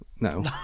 no